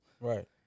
Right